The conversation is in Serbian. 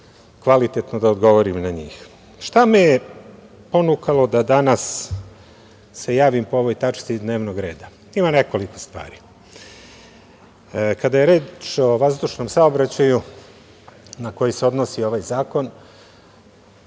kvalitetno da odgovorim na njih. Šta me je ponukalo da danas se javnim po ovoj tački dnevnog reda? Ima nekoliko stvari. Kada je reč o vazdušnom saobraćaju na koji se odnosi ovaj zakon,